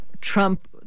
trump